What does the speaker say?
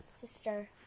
sister